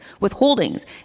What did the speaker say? withholdings